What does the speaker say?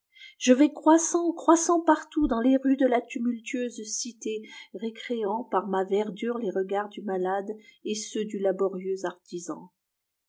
je vais croissant croissant partout dans les rues de la tumultueuse cité récréant par ma verdure les regards du malade et ceux du laborieux artisan